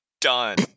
Done